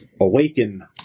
awaken